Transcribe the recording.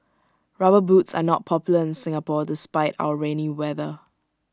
rubber boots are not popular in Singapore despite our rainy weather